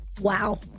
Wow